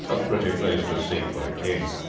a pretty place to seek for a king!